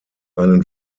einen